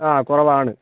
ആ കുറവാണ്